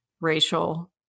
racial